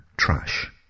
Trash